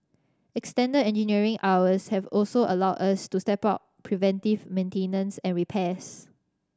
extended engineering hours have also allowed us to step up preventive maintenance and repairs